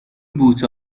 بوته